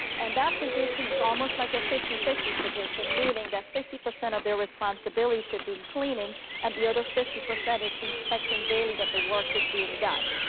and that position is almost like a fifty fifty position, meaning that fifty percent of their responsibilities should be in cleaning, and the other fifty percent is inspecting daily that the work is being done.